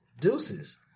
deuces